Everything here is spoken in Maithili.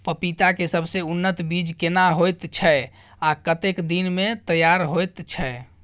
पपीता के सबसे उन्नत बीज केना होयत छै, आ कतेक दिन में तैयार होयत छै?